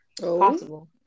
Possible